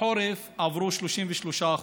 בחורף עברו 33%,